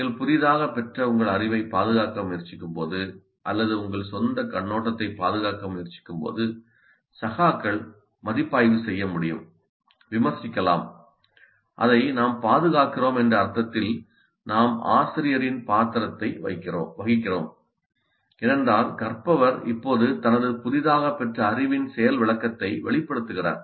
நீங்கள் புதிதாகப் பெற்ற உங்கள் அறிவைப் பாதுகாக்க முயற்சிக்கும்போது அல்லது உங்கள் சொந்தக் கண்ணோட்டத்தைப் பாதுகாக்க முயற்சிக்கும்போது சகாக்கள் மதிப்பாய்வு செய்ய முடியும் விமர்சிக்கலாம் அதை நாம் பாதுகாக்கிறோம் என்ற அர்த்தத்தில் நாம் ஆசிரியரின் பாத்திரத்தை வகிக்கிறோம் ஏனென்றால் கற்பவர் இப்போது தனது புதிதாகப் பெற்ற அறிவின் செயல் விளக்கத்தை வெளிப்படுத்துகிறார்